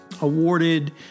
awarded